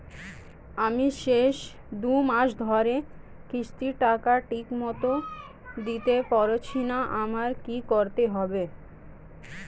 আমি শেষ দুমাস ধরে কিস্তির টাকা ঠিকমতো দিতে পারছিনা আমার কি করতে হবে?